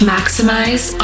Maximize